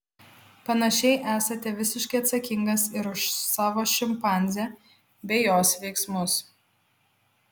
panašiai esate visiškai atsakingas ir už savo šimpanzę bei jos veiksmus